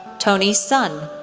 tony sun,